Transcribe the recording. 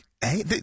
hey